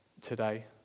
today